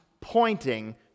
pointing